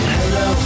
Hello